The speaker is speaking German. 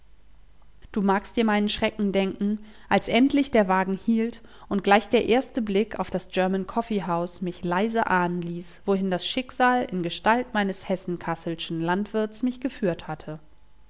du magst dir meinen schreck denken als endlich der wagen hielt und gleich der erste blick auf das german coffee house mich leise ahnen ließ wohin das schicksal in gestalt meines hessenkasselschen landwirts mich geführt hatte